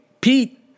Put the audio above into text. Pete